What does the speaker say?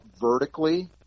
vertically